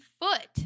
foot